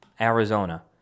Arizona